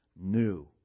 new